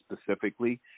specifically